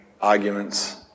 arguments